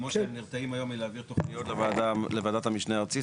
כמו שהם נרתעים היום מלהעביר תוכניות לוועדת השמנה הארצית,